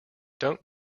don’t